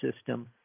system